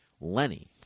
Lenny